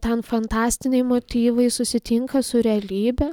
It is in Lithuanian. ten fantastiniai motyvai susitinka su realybe